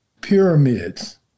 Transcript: pyramids